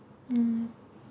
mm